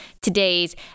today's